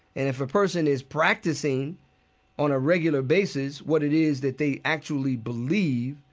and if a person is practicing on a regular basis what it is that they actually believe,